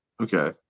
okay